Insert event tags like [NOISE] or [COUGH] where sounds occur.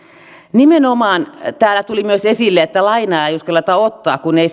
nimenomaan täällä tuli myös esille että lainaa ei uskalleta ottaa kun ei [UNINTELLIGIBLE]